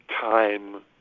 time